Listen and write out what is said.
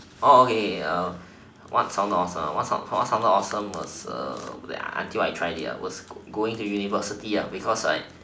okay what sounded awesome was out for sounded awesome was wait until I tried it ya was go going to university ya because like